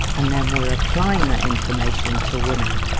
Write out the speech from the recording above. and then we are applying that information to women.